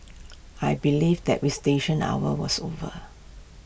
I believe that visitation hours was over